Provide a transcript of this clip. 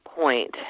point